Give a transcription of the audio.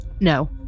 No